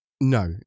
No